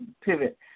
pivot